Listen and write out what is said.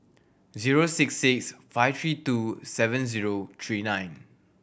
zero six six five three two seven zero three nine